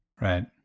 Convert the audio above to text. Right